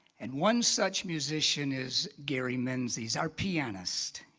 and one such musician is gary menzies our pianist.